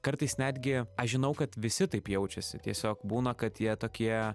kartais netgi aš žinau kad visi taip jaučiasi tiesiog būna kad jie tokie